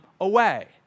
away